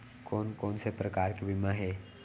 कोन कोन से प्रकार के बीमा हे?